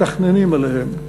מתכננים עליהם.